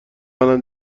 الان